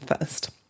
first